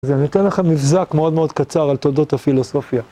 ואני אתן לכם מבזק מאוד מאוד קצר על תולדות הפילוסופיה.